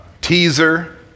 teaser